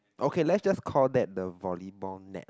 okay let's just call that the volleyball net